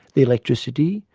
the electricity,